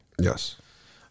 Yes